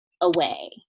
away